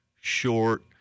short